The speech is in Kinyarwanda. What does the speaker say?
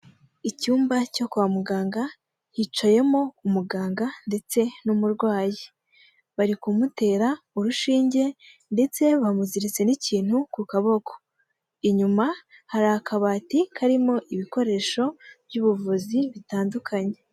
Icyumba cyo kwa muganga hicayemo umuganga ndetse n'umurwayi, bari kumutera urushinge ndetse bamuziritse n'ikintu ku kaboko inyuma hari akabati karimo ibikoresho by'ubuvuzi bitandukanye.